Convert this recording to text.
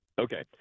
okay